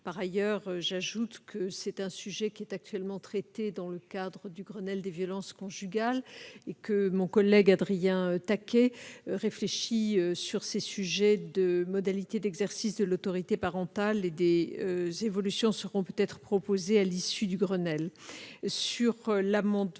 civil. J'ajoute que ce sujet est traité dans le cadre du Grenelle des violences conjugales. Mon collègue Adrien Taquet réfléchit sur les modalités d'exercice de l'autorité parentale, et des évolutions seront peut-être proposées à l'issue du Grenelle.